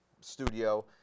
studio